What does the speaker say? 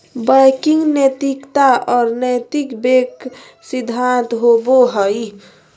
banking नैतिकता और नैतिक बैंक सिद्धांत होबो हइ